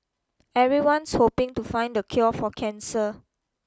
everyone's hoping to find the cure for cancer